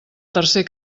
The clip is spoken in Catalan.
tercer